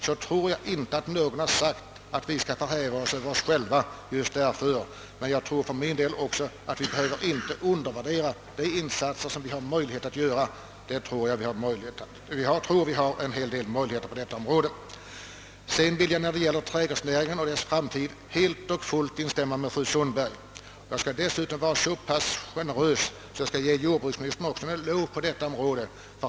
Jag tror inte att det är någon självförhävelse att konstatera, att vi har en hel del möjligheter att hjälpa till. Vi bör i detta sammanhang inte underskatta oss själva. I fråga om trädgårdsnäringen och dess framtid vill jag helt och fullt instämma med fru Sundberg. Jag skall dessutom vara så pass generös, att jag ger jordbruksministern en eloge för vad han har gjort på detta område.